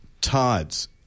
Tides